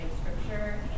Scripture